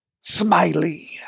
Smiley